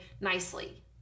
nicely